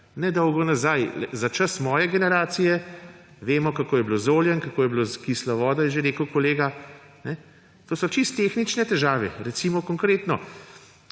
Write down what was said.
nedolgo nazaj, za čas moje generacije! Vemo, kako je bilo z oljem, kako je bilo s kislo vodo, je že rekel kolega, to so čisto tehnične težave. Recimo, konkretno